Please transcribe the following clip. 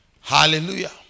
Hallelujah